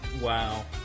Wow